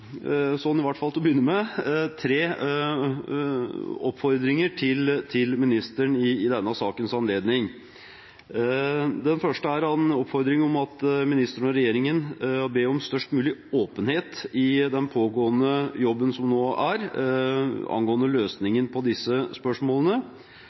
i hvert fall sånn til å begynne med, tre oppfordringer til ministeren i denne sakens anledning. Den første er en oppfordring om at ministeren og regjeringen viser størst mulig åpenhet i den pågående jobben angående løsningen på disse spørsmålene.